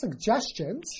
suggestions